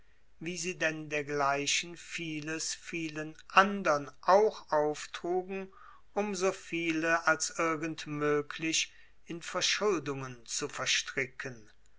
wie sie denn dergleichen vieles vielen andern auch auftrugen um so viele als irgend möglich in verschuldungen zu verstricken